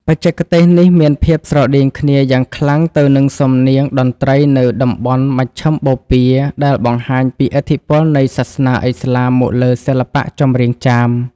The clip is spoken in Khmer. បច្ចេកទេសនេះមានភាពស្រដៀងគ្នាយ៉ាងខ្លាំងទៅនឹងសំនៀងតន្ត្រីនៅតំបន់មជ្ឈិមបូព៌ា ដែលបង្ហាញពីឥទ្ធិពលនៃសាសនាឥស្លាមមកលើសិល្បៈចម្រៀងចាម។